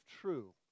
true